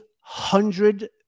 hundred